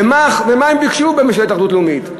ומה הם ביקשו בממשלת אחדות לאומית?